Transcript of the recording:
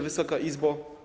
Wysoka Izbo!